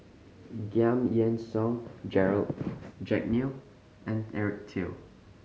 Giam Yean Song Gerald Jack Neo and Eric Teo